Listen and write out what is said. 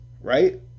right